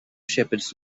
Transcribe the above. shepherds